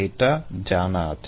এটা জানা আছে